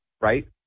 right